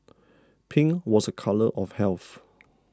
pink was a colour of health